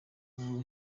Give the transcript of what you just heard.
w’uwo